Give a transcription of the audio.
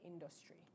industry